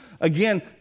Again